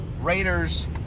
Raiders